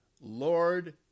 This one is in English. Lord